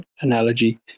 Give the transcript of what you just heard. analogy